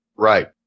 Right